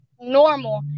normal